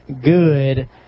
good